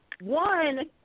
One